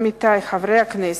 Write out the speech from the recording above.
עמיתי חברי הכנסת,